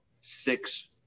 six